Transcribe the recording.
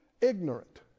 ignorant